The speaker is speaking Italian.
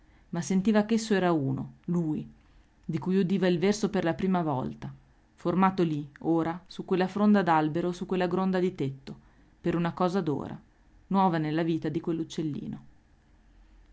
ma sentiva ch'esso era uno lui di cui udiva il verso per la prima volta formato lì ora su quella fronda d'albero o su quella gronda di tetto per una cosa d'ora nuova nella vita di